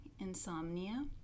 insomnia